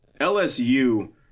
LSU